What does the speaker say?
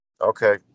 Okay